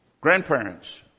grandparents